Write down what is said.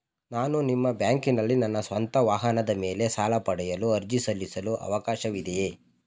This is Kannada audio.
ನಾನು ನಿಮ್ಮ ಬ್ಯಾಂಕಿನಲ್ಲಿ ನನ್ನ ಸ್ವಂತ ವಾಹನದ ಮೇಲೆ ಸಾಲ ಪಡೆಯಲು ಅರ್ಜಿ ಸಲ್ಲಿಸಲು ಅವಕಾಶವಿದೆಯೇ?